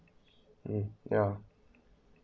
um ya